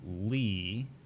Lee